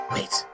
Wait